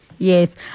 Yes